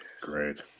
Great